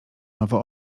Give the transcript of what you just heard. nowo